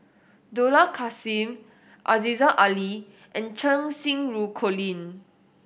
Dollah Kassim Aziza Ali and Cheng Xinru Colin